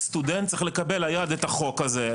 כך סטודנט צריך לקבל ליד את החוק הזה,